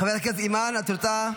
חברת הכנסת אימאן, את רוצה?